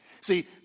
See